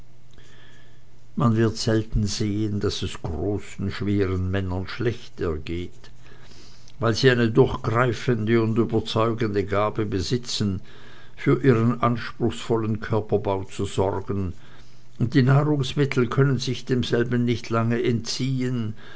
man wird selten sehen daß es großen schweren männern schlecht ergeht weil sie eine durchgreifende und überzeugende gabe besitzen für ihren anspruchsvollen körperbau zu sorgen und die nahrungsmittel können sich demselben nicht lange entziehen